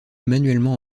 manuellement